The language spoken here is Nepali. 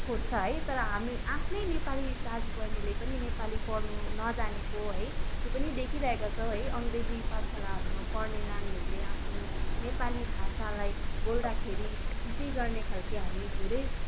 खोज्छ है तर हामी आफ्नै नेपाली दाजु बहिनीले पनि नेपाली पढ्नु नजानेको है त्यो पनि देखिराकोछौँ है अङ्ग्रेजी पाठशालाहरूमा पढ्ने नानीहरूले आफ्नो नेपाली भाषालाई बोल्दाखेरि खिसी गर्ने खालको हामी धेरै